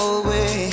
away